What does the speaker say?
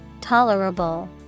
Tolerable